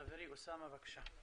חברי אוסאמה, בבקשה.